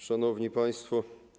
Szanowni Państwo!